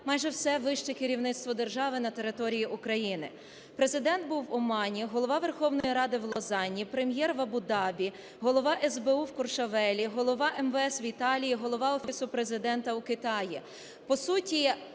майже все вище керівництво держави на території України. Президент був в Омані, Голова Верховної Ради – в Лозанні, Прем’єр – в Абу-Дабі, Голова СБУ – в Куршевелі, голова МВС – в Італії, голова Офісу Президента – у Китаї.